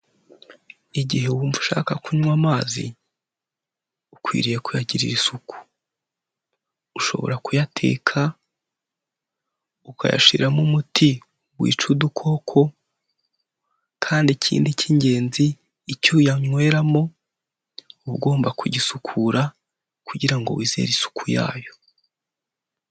Igihe wumva ushaka kunywa amazi, ukwiriye kuyagirira isuku, ushobora kuyateka, ukayashyiramo umuti wica udukoko kandi ikindi cy'ingenzi, icyo uyanyweramo uba ugomba kugisukura kugira ngo wizere isuku yayo.